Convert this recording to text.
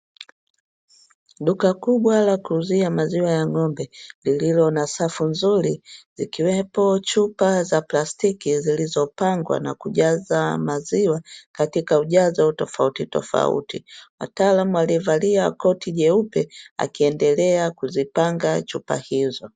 Duka kubwa la kuuzia maziwa ya ng'ombe lililo na safu nzuri, ikiwepo chupa za plastiki zilizopangwa na kujazwa maziwa katika ujazo tofauti tofauti, mtaalamu aliyevalia koti jeupe akiendelea kuzipanga chupa hizo.